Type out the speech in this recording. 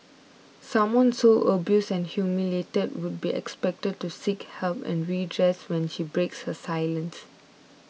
someone so abused and humiliated would be expected to seek help and redress when she breaks her silence